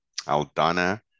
Aldana